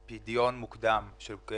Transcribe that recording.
הקיים הוא מגוון,